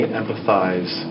empathize